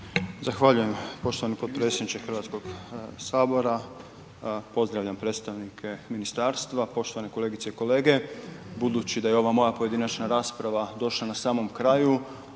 Zahvaljujem. Poštovani potpredsjedniče Hrvatskog sabora, pozdravljam predstavnike ministarstva, poštovane kolegice i kolege. Budući da je ovo moja pojedinačna rasprava došla na samom kraju